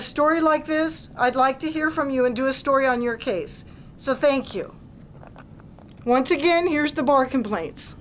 a story like this i'd like to hear from you and do a story on your case so thank you once again here's the bar complaints